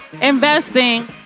investing